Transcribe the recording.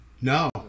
No